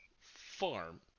farm